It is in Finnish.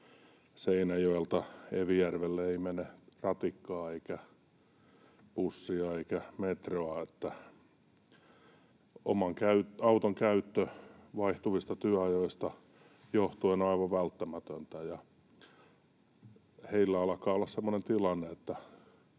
Seinäjoelta Evijärvelle ei mene ratikkaa eikä bussia eikä metroa, niin että oman auton käyttö vaihtuvista työajoista johtuen on aivan välttämätöntä. Heillä alkaa olla semmoinen tilanne,